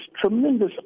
tremendous